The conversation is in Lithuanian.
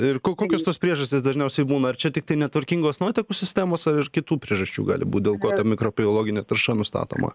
ir ko kokios tos priežastys dažniausiai būna ar čia tiktai netvarkingos nuotekų sistemos ar ir kitų priežasčių gali būt dėl ko ta mikrobiologinė tarša nustatoma